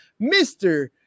Mr